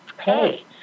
hey